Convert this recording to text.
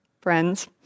friends